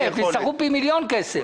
יצטרכו פי מיליון כסף.